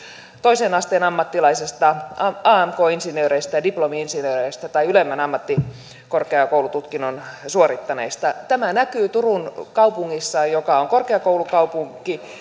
toisen asteen ammattilaisista amk insinööreistä diplomi insinööreistä tai ylemmän ammattikorkeakoulututkinnon suorittaneista tämä näkyy turun kaupungissa joka on korkeakoulukaupunki